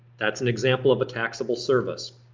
that's an example of a taxable service.